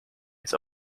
its